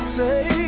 say